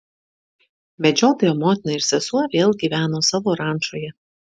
medžiotojo motina ir sesuo vėl gyveno savo rančoje